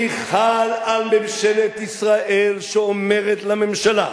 החוק שלי חל על ממשלת ישראל, שאומרת לממשלה,